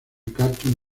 cartoon